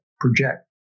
project